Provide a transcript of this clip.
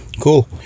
cool